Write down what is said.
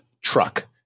truck